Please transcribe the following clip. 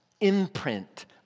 imprint